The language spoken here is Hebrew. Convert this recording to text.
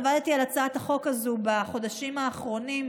עבדתי על הצעת החוק הזו בחודשים האחרונים,